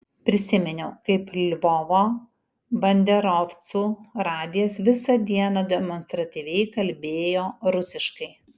prisiminiau kaip lvovo banderovcų radijas visą dieną demonstratyviai kalbėjo rusiškai